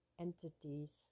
entities